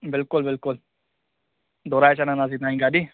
बिल्कुलु बिल्कुलु धोराए छॾींदासीं तव्हां जी गाॾी